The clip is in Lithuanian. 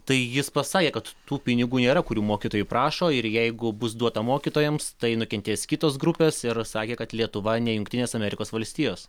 tai jis pasakė kad tų pinigų nėra kurių mokytojai prašo ir jeigu bus duota mokytojams tai nukentės kitos grupės ir sakė kad lietuva ne jungtinės amerikos valstijos